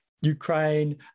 Ukraine